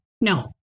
No